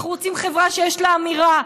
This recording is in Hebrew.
אנחנו רוצים חברה שיש לה אמירה.